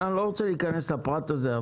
אני לא רוצה להיכנס לפרט הזה.